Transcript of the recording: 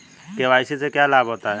KYC से क्या लाभ होता है?